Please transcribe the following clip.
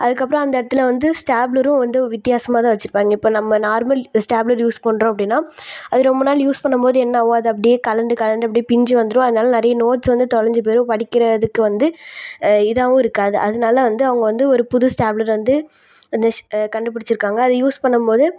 அதுக்கப்புறம் அந்த இடத்துல வந்து ஸ்டாப்லரும் வந்து வித்தியாசமாகதான் வச்சுருப்பாங்க இப்போ நம்ம நார்மல் ஸ்டாப்லர் யூஸ் பண்ணுறோம் அப்படின்னா அது ரொம்ப நாள் யூஸ் பண்ணும்போது என்ன ஆகும் அது அப்படியே கழன்டு கழன்டு அப்படியே பிஞ்சு வந்துடும் அதனால நிறைய நோட்ஸ் வந்து தொலைஞ்சி போயிடும் படிக்கிறதுக்கு வந்து இதாகவும் இருக்காது அதனால வந்து அவங்க வந்து ஒரு புது ஸ்டாப்லர் வந்து நெஸ் கண்டுபிடிச்சிருக்காங்க அது யூஸ் பண்ணும்போது